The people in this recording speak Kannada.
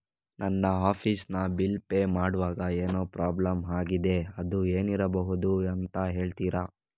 ನನ್ನ ಆಫೀಸ್ ನ ಬಿಲ್ ಪೇ ಮಾಡ್ವಾಗ ಏನೋ ಪ್ರಾಬ್ಲಮ್ ಆಗಿದೆ ಅದು ಏನಿರಬಹುದು ಅಂತ ಹೇಳ್ತೀರಾ?